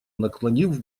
наклонив